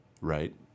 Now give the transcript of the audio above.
Right